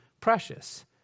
precious